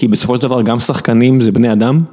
כי בסופו של דבר גם שחקנים זה בני אדם?